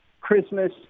christmas